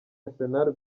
arsenal